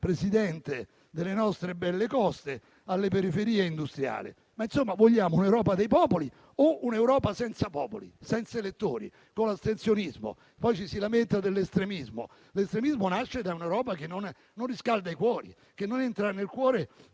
Presidente, delle nostre belle coste alle periferie industriali. Vogliamo un'Europa dei popoli o un'Europa senza popoli e senza elettori, con l'astensionismo? Poi ci si lamenta dell'estremismo, che nasce da un'Europa che non riscalda i cuori e non entra nel cuore